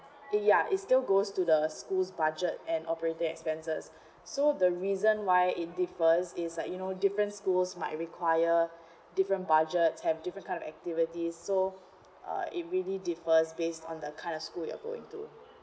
ya it still goes to the schools budget and operating expenses so the reason why it differs is like you know different schools might require different budgets have different kind of activities so uh it really differs based on the kind of school you're going to